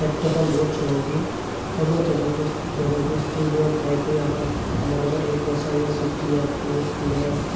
ক্ষেত্ৰখন বহুত চহকী অসমৰ জনগোষ্ঠী জনগোষ্ঠীবোৰত ঘাইকৈ আমাৰ আমাৰ লগত থাকে কছাৰী চুতীয়া কোঁচ মেচ